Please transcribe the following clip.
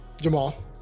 Jamal